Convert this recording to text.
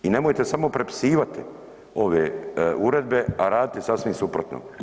I nemojte samo prepisivati ove uredbe, a raditi sasvim suprotno.